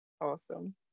awesome